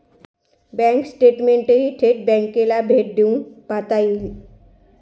bank स्टेटमेंटही थेट बँकांना भेट देऊन पाहता येईल